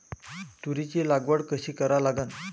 तुरीची लागवड कशी करा लागन?